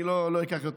אני לא אקח יותר